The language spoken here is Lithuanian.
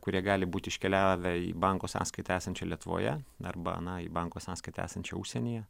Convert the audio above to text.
kurie gali būt iškeliavę į banko sąskaitą esančią lietuvoje arba na į banko sąskaitą esančią užsienyje